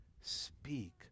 speak